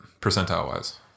percentile-wise